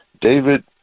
David